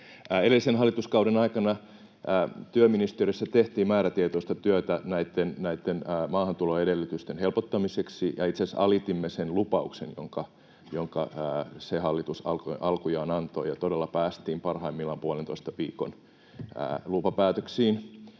Edellisen hallituskauden aikana työministeriössä tehtiin määrätietoista työtä näitten maahantuloedellytysten helpottamiseksi, ja itse asiassa alitimme sen lupauksen, jonka se hallitus alkujaan antoi, ja todella päästiin parhaimmillaan puolentoista viikon lupapäätöksiin.